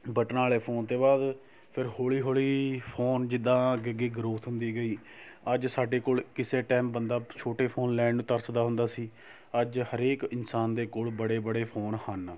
ਬਟਨਾਂ ਵਾਲੇ ਫ਼ੋਨ ਅਤੇ ਬਾਅਦ ਫਿਰ ਹੌਲੀ ਹੌਲੀ ਫ਼ੋਨ ਜਿੱਦਾਂ ਅੱਗੇ ਅੱਗੇ ਗਰੋਥ ਹੁੰਦੀ ਗਈ ਅੱਜ ਸਾਡੇ ਕੋਲ ਕਿਸੇ ਟਾਇਮ ਬੰਦਾ ਛੋਟੇ ਫ਼ੋਨ ਲੈਣ ਨੂੰ ਤਰਸਦਾ ਹੁੰਦਾ ਸੀ ਅੱਜ ਹਰੇਕ ਇਨਸਾਨ ਦੇ ਕੋਲ ਬੜੇ ਬੜੇ ਫੋਨ ਹਨ